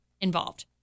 involved